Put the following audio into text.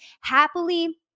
happily